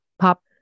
pop